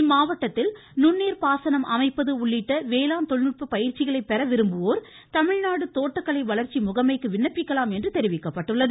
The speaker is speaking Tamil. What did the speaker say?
இம்மாவட்டத்தில் நுண்ணீர் பாசனம் அமைப்பது உள்ளிட்ட வேளாண் தொழில்நுட்ப பயிற்சிகளை பெற விரும்புவோர் தமிழ்நாடு தோட்டக்கலை வளர்ச்சி முகமைக்கு விண்ணப்பிக்கலாம் என்று தெரிவிக்கப்பட்டுள்ளது